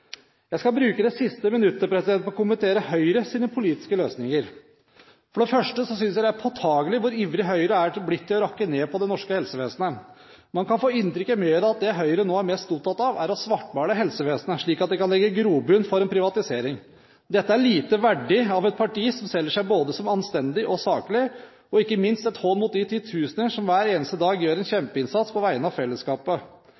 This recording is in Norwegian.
Jeg skal bruke det siste minuttet til å kommentere Høyres politiske løsninger. For det første synes jeg det er påtakelig hvor ivrig Høyre er blitt etter å rakke ned på det norske helsevesenet. Man kan i media få inntrykk av at det Høyre nå er mest opptatt av, er å svartmale helsevesenet, slik at det kan legge grobunn for en privatisering. Dette er lite verdig av et parti som selger seg som både anstendig og saklig, og ikke minst en hån mot de titusener som hver eneste dag gjør en